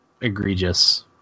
egregious